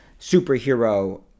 superhero